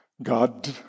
God